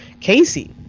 Casey